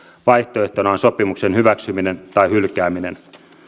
vaihtoehtoina ovat sopimuksen hyväksyminen tai hylkääminen